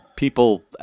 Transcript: People